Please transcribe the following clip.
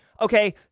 Okay